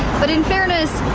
but in fairness,